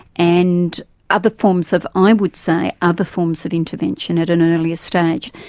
and other forms of, i would say, other forms of intervention at an earlier stage,